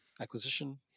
acquisition